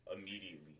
immediately